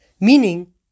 meaning